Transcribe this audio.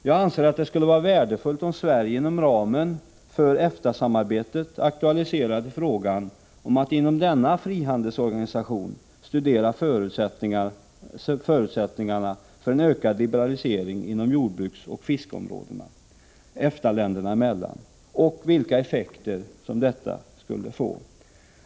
Jag anser att det skulle vara värdefullt om Sverige inom ramen för EFTA-samarbetet aktualiserade frågan om att inom denna frihandelsorganisation studera förutsättningarna för en ökad liberalisering inom jordbruksoch fiskeområdena EFTA-länderna emellan, och vilka effekter detta skulle få.